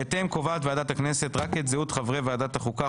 בהתאם קובעת ועדת הכנסת רק את זהות חברי ועדת החוקה,